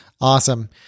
Awesome